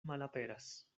malaperas